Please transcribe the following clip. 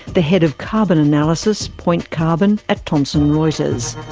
the head of carbon analysis, point carbon at thomson reuters.